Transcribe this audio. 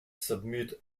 submit